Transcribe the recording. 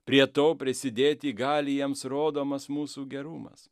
prie to prisidėti gali jiems rodomas mūsų gerumas